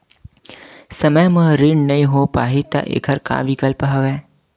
समय म ऋण नइ हो पाहि त एखर का विकल्प हवय?